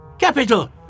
Capital